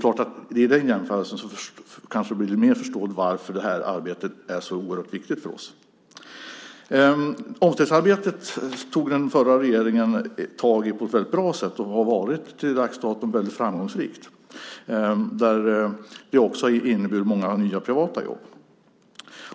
Med den jämförelsen kanske det blir mer förståeligt varför det här arbetet är så oerhört viktigt för oss. Omställningsarbetet tog den förra regeringen tag i på ett väldigt bra sätt, och det har till dags dato varit väldigt framgångsrikt. Det har också inneburit många nya privata jobb.